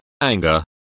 anger